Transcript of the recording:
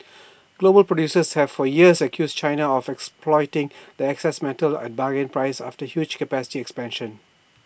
global producers have for years accused China of exporting its excess metal at bargain prices after huge capacity expansions